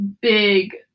big